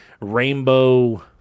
rainbow